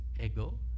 ego